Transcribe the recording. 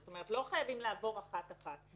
זאת אומרת, לא חייבים לעבור אחת אחת.